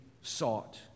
sought